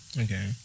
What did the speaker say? okay